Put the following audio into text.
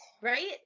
Right